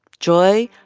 joy,